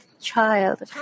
child